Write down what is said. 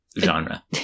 genre